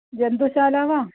जन्तुशाला वा